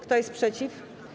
Kto jest przeciw?